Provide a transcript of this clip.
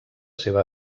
seva